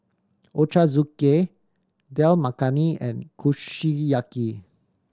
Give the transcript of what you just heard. Ochazuke Dal Makhani and Kushiyaki